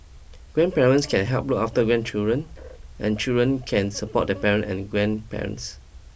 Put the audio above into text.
grandparents can help look after grandchildren and children can support their parent and grandparents